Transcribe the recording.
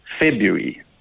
February